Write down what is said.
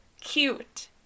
cute